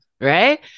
right